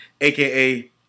aka